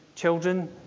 Children